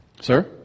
Sir